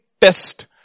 test